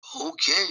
okay